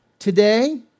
Today